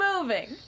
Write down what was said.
moving